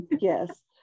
yes